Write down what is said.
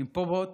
לימפומות